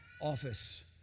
office